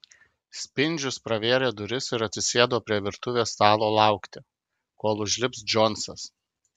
spindžius pravėrė duris ir atsisėdo prie virtuvės stalo laukti kol užlips džonsas